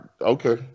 okay